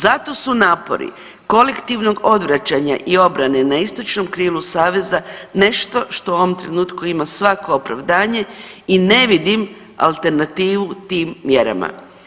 Zato su napori kolektivnog odvraćanja i obrane na istočnom krilu Saveza nešto što u ovom trenutku ima svako opravdanje i ne vidim alternativu tim mjerama.